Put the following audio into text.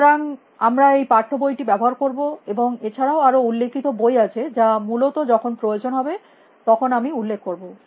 সুতরাং আমরা এই পাঠ্য বইটি ব্যবহার করব এবং এছাড়াও আরো উল্লেখিত বই আছে যা মূলত যখন প্রয়োজন হবে তখন আমি উল্লেখ করব